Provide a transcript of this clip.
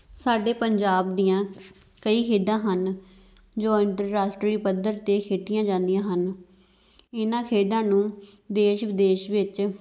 ਸਾਡੇ ਪੰਜਾਬ ਦੀਆਂ ਕਈ ਖੇਡਾਂ ਹਨ ਜੋ ਅੰਤਰਰਾਸ਼ਟਰੀ ਪੱਧਰ 'ਤੇ ਖੇਡੀਆਂ ਜਾਂਦੀਆਂ ਹਨ ਇਹਨਾਂ ਖੇਡਾਂ ਨੂੰ ਦੇਸ਼ ਵਿਦੇਸ਼ ਵਿੱਚ